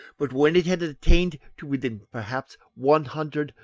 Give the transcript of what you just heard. but when it had attained to within perhaps one hundred,